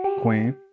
queen